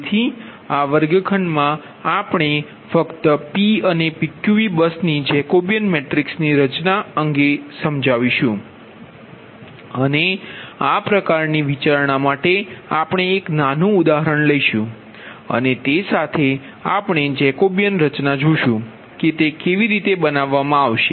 તેથી આ વર્ગખંડમાં આપણે ફક્ત P અને PQV બસની જેકોબીયન મેટ્રિક્સની રચના અંગે આપણે સમજાવીશું અને આ પ્રકારની વિચારણા માટે આપણે એક નાનું ઉદાહરણ લઈશું અને તે સાથે આપણે જેકોબીયન રચના જોશું કે તે કેવી રીતે બનાવવામાં આવશે